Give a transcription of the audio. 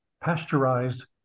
pasteurized